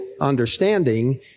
understanding